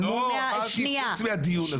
לא, אמרתי חוץ מהדיון הזה.